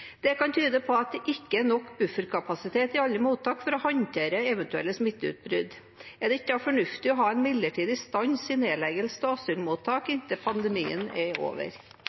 Det kan tyde på at det ikke er nok bufferkapasitet i alle mottak for å håndtere eventuelle smitteutbrudd. Er det ikke da fornuftig å ha en midlertidig stans i nedleggelse av asylmottak inntil pandemien er over?